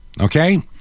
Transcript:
Okay